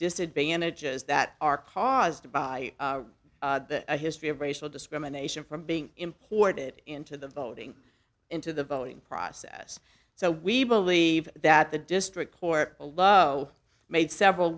disadvantage as that are caused by a history of racial discrimination from being imported into the voting into the voting process so we believe that the district court below made several